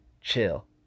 Chill